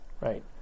Right